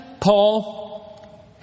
Paul